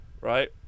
right